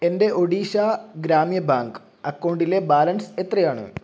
എൻ്റെ ഒഡീഷ ഗ്രാമ്യ ബാങ്ക് അക്കൗണ്ടിലെ ബാലൻസ് എത്രയാണ്